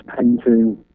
painting